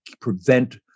prevent